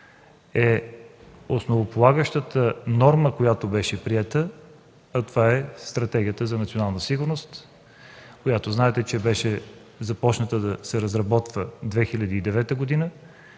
е основополагащата норма, която беше приета, а това е Стратегията за национална сигурност, която знаете, че беше започната да се разработва през 2009 г. и